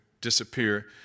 disappear